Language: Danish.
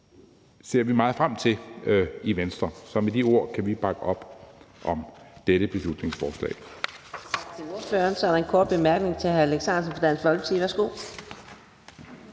ser vi meget frem til i Venstre. Så med de ord kan vi bakke op om dette beslutningsforslag.